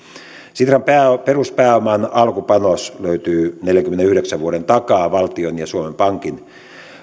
sitran peruspääoman alkupanos löytyy neljänkymmenenyhdeksän vuoden takaa valtion ja suomen pankin